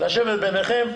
לשבת ביניכן,